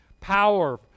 power